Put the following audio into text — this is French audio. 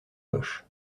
poche